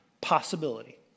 possibility